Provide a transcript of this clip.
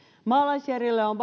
maalaisjärjellä on